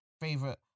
favorite